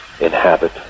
Inhabit